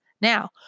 Now